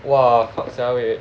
!wah! cock siao eh